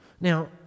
Now